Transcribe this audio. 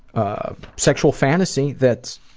a sexual fantasy that